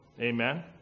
Amen